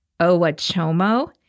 Owachomo